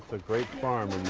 a great farm